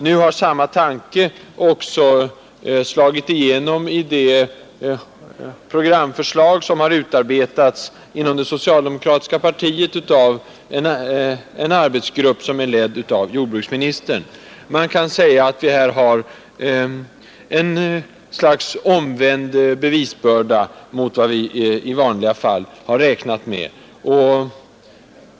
Nu har samma tanke också slagit igenom i det programförslag som har utarbetats inom det socialdemokratiska partiet av en arbetsgrupp ledd av jordbruksministern. Man kan säga att vi här talar för en omvänd bevisbörda i förhållande till vad vi i vanliga fall räknar med.